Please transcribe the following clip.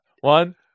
One